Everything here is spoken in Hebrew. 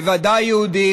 בוודאי יהודים,